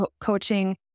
coaching